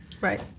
Right